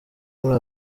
muri